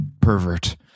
pervert